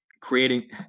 creating